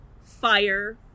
fire